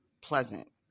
pleasant